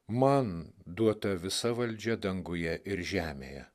man duota visa valdžia danguje ir žemėje